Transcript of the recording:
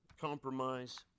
compromise